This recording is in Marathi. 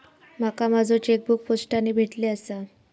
माका माझो चेकबुक पोस्टाने भेटले आसा